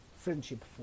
friendship